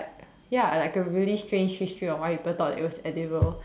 ya like a really strange history of why people thought it was edible